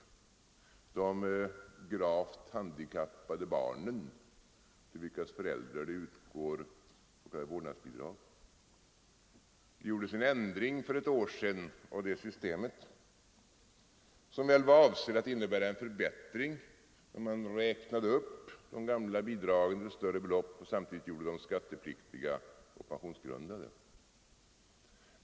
Jag tänker bl.a. på en mycket liten grupp, de gravt handikappade barnen, till vilkas år sedan av det bidragssystemet, vilken väl var avsedd att medföra en förbättring. Man räknade upp de gamla bidragsbeloppen och gjorde dem samtidigt skattepliktiga och pensionsgrundande.